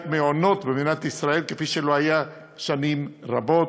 המעונות במדינת ישראל כפי שלא היה שנים רבות,